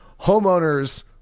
homeowners